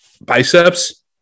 biceps